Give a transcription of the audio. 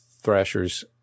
Thrasher's